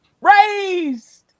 Raised